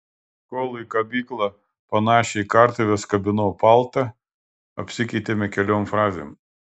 kol į kabyklą panašią į kartuves kabinau paltą apsikeitėme keliom frazėm